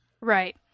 Right